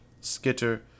Skitter